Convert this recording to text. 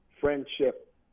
friendship